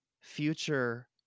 future